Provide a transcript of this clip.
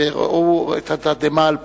וראו את התדהמה על פנייך.